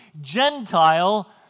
Gentile